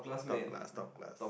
top class top class